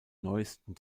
neuesten